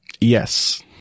Yes